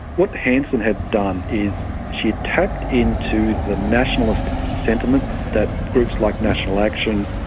what hanson had done is she had tapped into the nationalist sentiment that groups like national action,